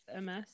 MS